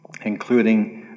including